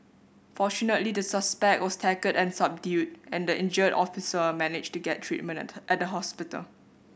fortunately the suspect was tackled and subdued and the injured officer managed to get treatment at the hospital